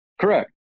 correct